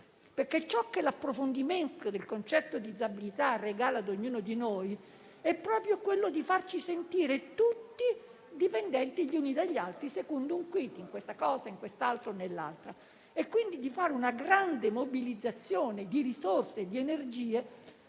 perché ciò che l'approfondimento del concetto di disabilità regala ad ognuno di noi è proprio farci sentire tutti dipendenti gli uni dagli altri, secondo un *quid*, in una cosa, in un'altra o in un'altra ancora. Occorre, quindi una grande mobilizzazione di risorse e di energie,